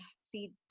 see